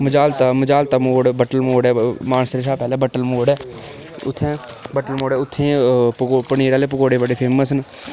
मजालते मोड़ बट्टल मोड़ ऐ मानसरे शा पैह्ले बट्टल मोड़ ऐ उत्थै पनीर आह्ले पकौड़े बड़े फेमस ऐ